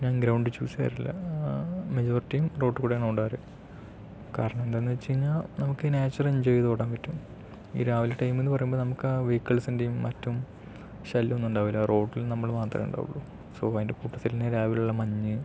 ഞാൻ ഗ്രൗണ്ട് ചൂസെയ്യാറില്ല മജോറിറ്റിയും റോട്ടിൽ കൂടെയാണ് ഓടാറ് കാരണെന്താന്ന് വെച്ച് കഴിഞ്ഞാൽ നമുക്ക് നാച്ചറ് എന്ജോയ് ചെയ്ത് ഓടാൻ പറ്റും ഈ രാവിലെ ടൈമെന്ന് പറയുമ്പോൾ നമുക്ക് ആ വെഹിക്കിൾസിൻ്റെയും മറ്റും ശല്യമൊന്നുമുണ്ടാവില്ല റോട്ടിൽ നമ്മള് മാത്രേ ഉണ്ടാവുകയുള്ളു സൊ അതിൻ്റെ കൂട്ടത്തിൽ തന്നെ രാവിലെ ഉള്ള മഞ്ഞ്